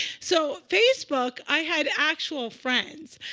so facebook, i had actual friends.